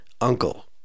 uncle